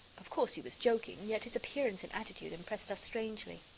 of course, he was joking, yet his appearance and attitude impressed us strangely.